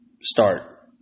start